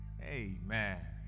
Amen